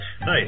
Nice